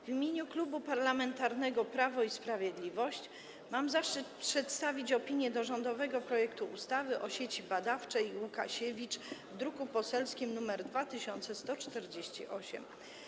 W imieniu Klubu Parlamentarnego Prawo i Sprawiedliwość mam zaszczyt przedstawić opinię o rządowym projekcie ustawy o Sieci Badawczej: Łukasiewicz, druk nr 2148.